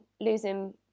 losing